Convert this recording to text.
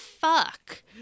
fuck